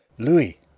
louis,